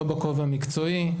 לא בכובע מקצועי.